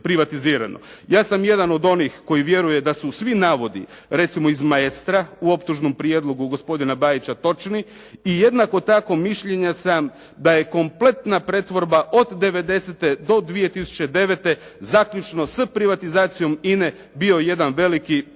Ja sam jedan od onih koji vjeruje da svi navodi, recimo iz "Maestra", u optužnom prijedlogu gospodina Bajića točni i jednako tako mišljenja sam da je kompletna pretvorba od '90. do 2009., zaključno s privatizacijom INA-e bio jedan veliki pakleni